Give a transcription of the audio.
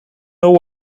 know